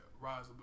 rise